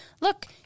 look